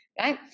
right